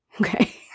okay